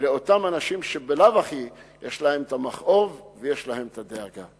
לאותם אנשים שבלאו הכי יש להם מכאוב ויש להם דאגה.